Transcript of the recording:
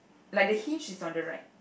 like the hinge is on the right